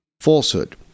falsehood